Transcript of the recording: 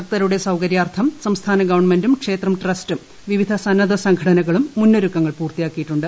ഭക്തരുടെ സൌകര്യാർത്ഥം സംസ്ഥാന ഗവൺമെന്റും ക്ഷേത്രം ട്രസ്റ്റും വിവിധ സന്നദ്ധ സംഘടനകളും മുന്നൊരുക്കങ്ങൾ പൂർത്തിയാക്കിയിട്ടുണ്ട്